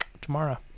tomorrow